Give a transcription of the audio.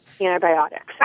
antibiotics